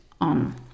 on